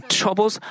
troubles